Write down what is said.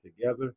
together